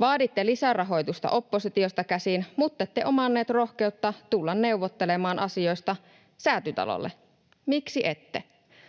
Vaaditte lisärahoitusta oppositiosta käsin muttette omanneet rohkeutta tulla neuvottelemaan asioista Säätytalolle. Miksi ette?